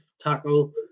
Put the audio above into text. tackle